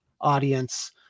audience